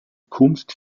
kunst